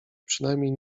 przynajmniej